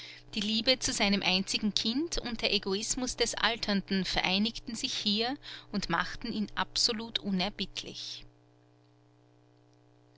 die liebe zu seinem einzigen kind und der egoismus des alternden vereinigten sich hier und machten ihn absolut unerbittlich